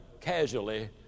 casually